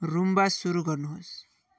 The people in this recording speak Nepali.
रूम्बा सुरु गर्नुहोस्